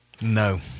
No